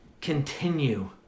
continue